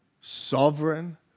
sovereign